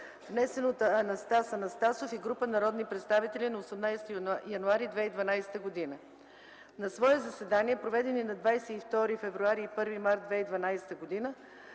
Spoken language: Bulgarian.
внесен от Анастас Анастасов и група народни представители на 18 януари 2012 г. На свои заседания, проведени на 22 февруари и 1 март 2012 г.,